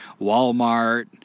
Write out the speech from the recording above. Walmart